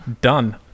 done